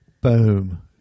Boom